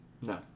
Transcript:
No